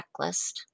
checklist